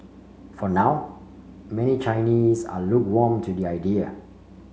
for now many Chinese are lukewarm to the idea